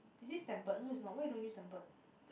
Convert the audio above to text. is this tempered no it's not why you don't want use tempered